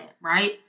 right